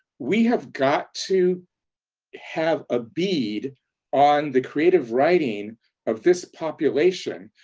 we have got to have a bead on the creative writing of this population,